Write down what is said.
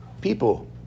people